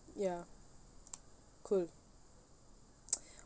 ya cool